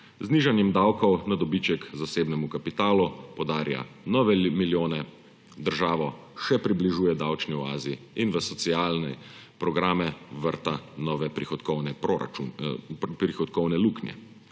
nižanjem davkov na dobiček zasebnemu kapitalu podarja nove milijone, državo še približuje davčni oazi in v socialne programe vrta nove prihodkovne luknje.